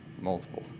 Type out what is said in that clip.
multiple